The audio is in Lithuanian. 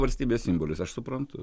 valstybės simbolis aš suprantu